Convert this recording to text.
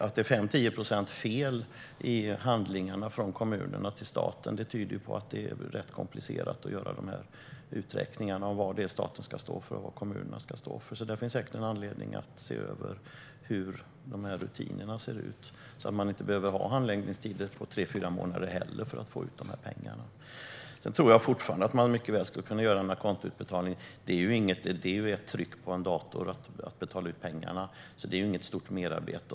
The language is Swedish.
Att det är 5-10 procent fel i handlingarna från kommunerna till staten tyder på att det är ganska komplicerat att göra de här uträkningarna om vad staten ska stå för och vad kommunerna ska stå för. Där finns det säkert anledning att se över rutinerna, så att man inte behöver ha handläggningstider på 3-4 månader för att kommunerna ska kunna få ut dessa pengar. Jag tror fortfarande att man mycket väl skulle kunna göra en a conto-utbetalning. Man betalar ut pengarna med ett tryck på en dator, så det innebär inget stort merarbete.